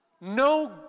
No